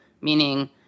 meaning